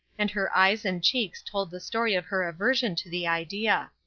and her eyes and cheeks told the story of her aversion to the idea.